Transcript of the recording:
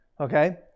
Okay